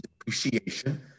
Depreciation